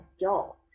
adult